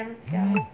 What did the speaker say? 香蕉